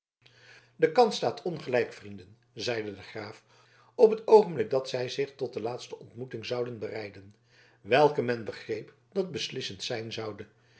de kans staat ongelijk vrienden zeide de graaf op het oogenblik dat zij zich tot de laatste ontmoeting zouden bereiden welke men begreep dat beslissend zijn zoude